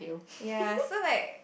ya so like